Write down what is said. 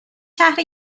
شهر